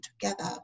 together